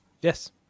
Yes